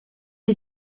des